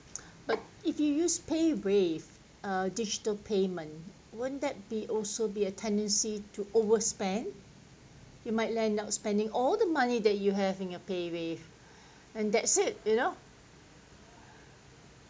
but if you use paywave uh digital payment won't that be also be a tendency to overspend you might land up spending all the money that you have in the paywave and that's it you know